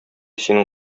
синең